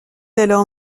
alors